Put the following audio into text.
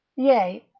yea,